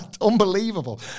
Unbelievable